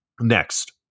Next